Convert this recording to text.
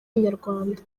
inyarwanda